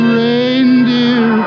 reindeer